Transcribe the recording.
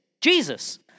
Jesus